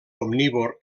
omnívor